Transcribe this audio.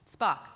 Spock